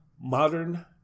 Modern